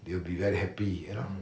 they will be very happy you know